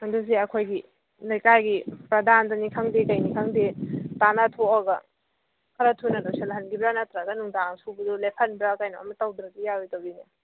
ꯑꯗꯨ ꯁꯤ ꯑꯩꯈꯣꯏꯒꯤ ꯂꯩꯀꯥꯏꯒꯤ ꯄ꯭ꯔꯗꯥꯟꯗꯅꯤ ꯈꯪꯗꯦ ꯀꯔꯤꯅꯤ ꯈꯪꯗꯦ ꯇꯥꯟꯅꯊꯣꯛꯑꯒ ꯈꯔ ꯊꯨꯅ ꯂꯣꯏꯁꯤꯜꯍꯟꯈꯤꯕ꯭ꯔꯥ ꯅꯠꯇ꯭ꯔꯒ ꯅꯨꯡꯗꯥꯡ ꯁꯨꯕꯗꯨ ꯂꯦꯞꯍꯟꯕ꯭ꯔꯥ ꯀꯔꯤꯅꯣ ꯑꯃ ꯇꯧꯗ꯭ꯔꯗꯤ ꯌꯥꯔꯣꯏꯗꯧꯔꯤꯅꯦ